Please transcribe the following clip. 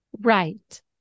Right